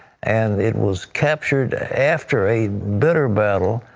and it was captured after a bitter battle.